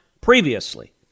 previously